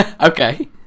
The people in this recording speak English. Okay